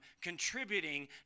contributing